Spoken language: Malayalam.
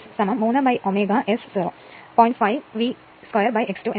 5 V 2x 2 എന്ന് ലഭിക്കും